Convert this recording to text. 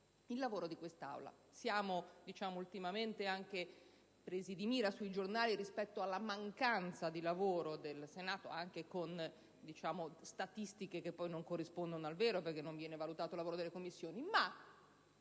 il lavoro di quest'Aula. Ultimamente siamo stati presi di mira sui giornali per la mancanza di lavoro in Senato, anche con statistiche che poi non corrispondono al vero, perché non viene valutato il lavoro delle Commissioni; ma,